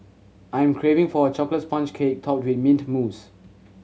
I am craving for a chocolate sponge cake topped with mint mousse